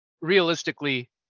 realistically